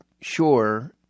sure